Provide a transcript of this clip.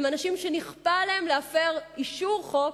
הם אנשים שנכפה עליהם להפר אישור חוק,